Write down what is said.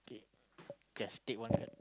okay just take one card